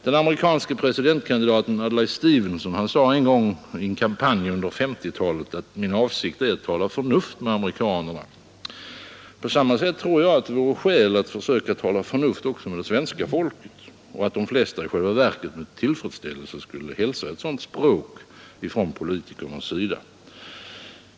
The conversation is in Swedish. Den amerikanske presidentkandidaten Adlai Stevenson sade en gång i en kampanj under 1950-talet att hans avsikt var att tala förnuft med amerikanerna. På samma sätt tror jag det vore skäl att försöka tala förnuft också med det svenska folket, och jag tror att de flesta i själva verket med tillfredsställelse skulle hälsa ett sådant språk från politikernas sida.